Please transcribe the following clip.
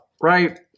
right